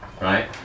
right